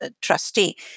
trustee